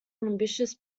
ambitious